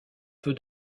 peu